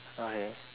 okay